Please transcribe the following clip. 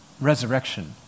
resurrection